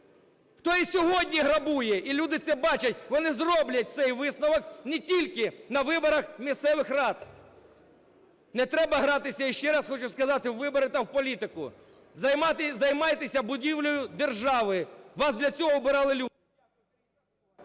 хто і сьогодні грабує. І люди це бачать, вони зроблять цей висновок не тільки на виборах місцевих рад. Не треба гратися, я ще раз хочу сказати, в вибори та в політику. Займайтеся будівлею держави, вас для цього обирали люди.